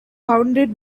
founded